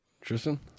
Tristan